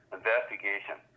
investigation